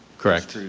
correct?